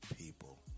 People